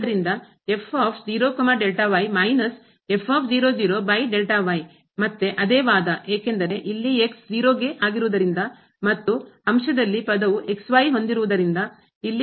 ಆದ್ದರಿಂದ ಮತ್ತೆ ಅದೇ ವಾದ ಏಕೆಂದರೆ ಇಲ್ಲಿ 0 ಆಗಿರುವುದರಿಂದ ಮತ್ತು ಅಂಶದಲ್ಲಿ ಪದವು ಹೊಂದಿರುವುದರಿಂದ ಇಲ್ಲಿ 0 ಆಗುತ್ತದೆ